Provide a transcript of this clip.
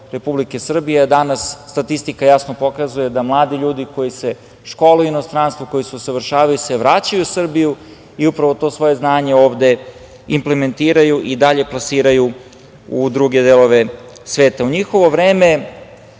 Republike Srbije, a danas statistika jasno pokazuje da mladi ljudi koji se školuju u inostranstvu, koji se usavršavaju se vraćaju u Srbiju i upravo to svoje znanje ovde implementiraju i dalje plasiraju u druge delove sveta.U njihovo vreme,